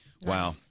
Wow